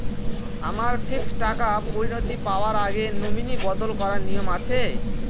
আমার ফিক্সড টাকা পরিনতি পাওয়ার আগে নমিনি বদল করার নিয়ম আছে?